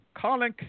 Colin